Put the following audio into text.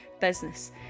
business